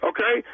Okay